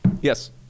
yes